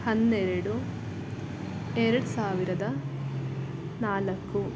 ಹೆನ್ನೆರಡು ಎರಡು ಸಾವಿರದ ನಾಲ್ಕು